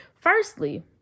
Firstly